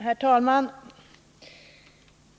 Herr talman!